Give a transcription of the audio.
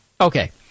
Okay